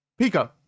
Pika